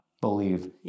believe